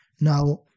Now